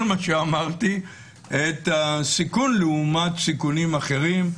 מה שאמרתי את הסיכון לעומת סיכונים אחרים,